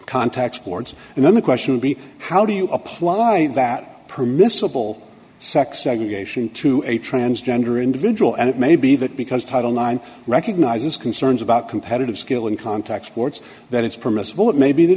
contacts boards and then the question would be how do you apply that permissible sex segregation to a transgender individual and it may be that because title nine recognizes concerns about competitive skill in contact sports that it's permissible it may be that